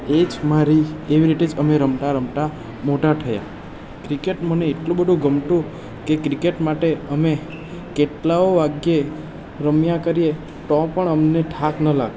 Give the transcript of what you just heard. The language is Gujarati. એ જ મારી એવી રીતે જ મારી રમતા રમતા મોટા થયા ક્રિકેટ મને એટલું બધું ગમતું કે ક્રિકેટ માટે અમે કેટલાઓ વાગ્યે રમ્યા કરીએ તો પણ અમને થાક ન લાગતો